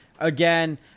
again